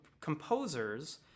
composers